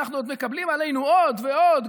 אנו עוד מקבלים עלינו עוד ועוד,